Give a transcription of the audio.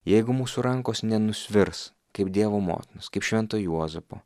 jeigu mūsų rankos nenusvirs kaip dievo motinos kaip švento juozapo